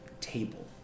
table